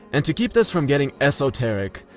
and to keep this from getting esoteric,